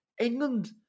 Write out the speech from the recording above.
England